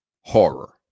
horror